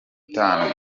itanu